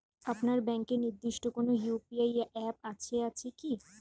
আপনার ব্যাংকের নির্দিষ্ট কোনো ইউ.পি.আই অ্যাপ আছে আছে কি?